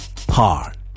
hard